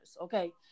Okay